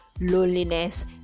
loneliness